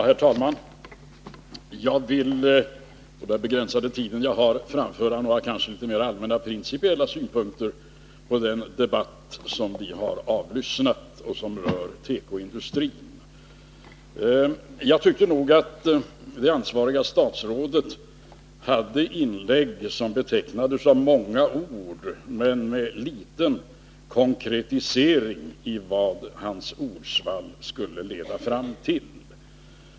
Herr talman! Jag vill på den begränsade tid jag har framföra mer allmänna, principiella synpunkter på den debatt som vi har avlyssnat och som rör tekoindustrin. Jag tycker att betecknande för det ansvariga statsrådets inlägg var de många orden med endast liten konkretisering beträffande vad hans ordsvall skulle leda fram till.